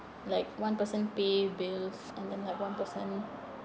like one person pay bills and then like one person